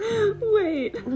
Wait